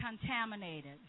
contaminated